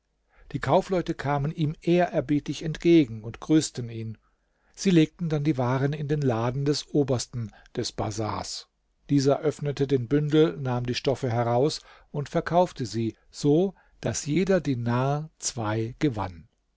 die kaufleute kamen ihm ehrerbietig entgegen und grüßten ihn sie legten dann die waren in den laden des obersten des bazars dieser öffnete den bündel nahm die stoffe heraus und verkaufte sie so daß jeder dinar zwei gewann